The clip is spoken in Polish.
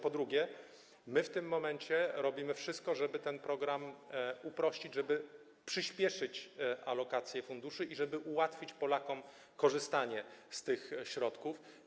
Po drugie, my w tym momencie robimy wszystko, żeby ten program uprościć, by przyspieszyć alokację funduszy i ułatwić Polakom korzystanie z tych środków.